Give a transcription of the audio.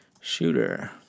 shooter